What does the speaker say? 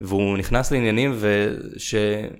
והוא נכנס לעניינים וש...